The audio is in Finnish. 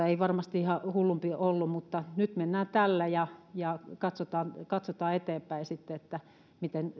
ei varmasti ihan hullumpi ollut mutta nyt mennään tällä ja ja katsotaan katsotaan eteenpäin sitten miten